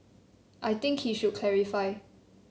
I think he should clarify